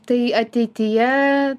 tai ateityje